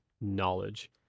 knowledge